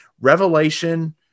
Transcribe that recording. revelation